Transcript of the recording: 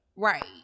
right